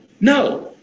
no